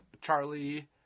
Charlie